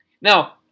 now